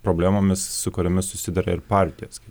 problemomis su kuriomis susiduria ir partijos